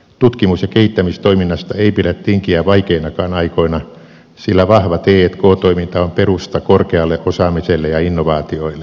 tutkimus ja kehittämistoiminnasta ei pidä tinkiä vaikeinakaan aikoina sillä vahva t k toiminta on perusta korkealle osaamiselle ja innovaatioille